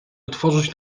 otworzyć